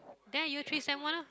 there year three sem one lah